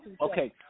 okay